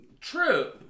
True